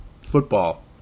football